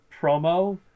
promo